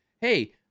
hey